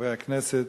חברי הכנסת,